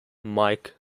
mike